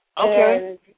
Okay